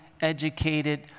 educated